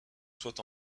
soit